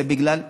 זה בגלל שפתחנו.